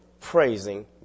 praising